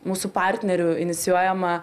mūsų partnerių inicijuojama